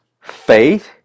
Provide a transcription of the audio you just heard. faith